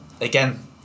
again